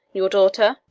your daughter?